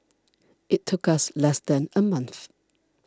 it took us less than a month